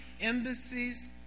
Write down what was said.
embassies